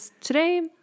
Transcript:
Today